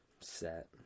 set